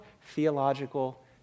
theological